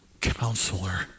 counselor